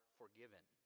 forgiven